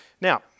Now